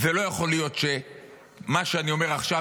זה לא יכול להיות שמה שאני אומר עכשיו,